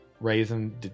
raisin